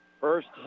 First